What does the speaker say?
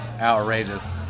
outrageous